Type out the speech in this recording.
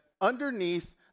underneath